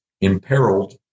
imperiled